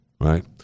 Right